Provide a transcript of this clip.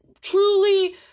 truly